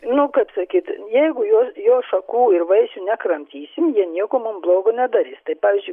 nu kaip sakyt jeigu jo jo šakų ir vaisių nekramtysim jie nieko mum blogo nedarys tai pavyzdžiui